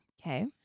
Okay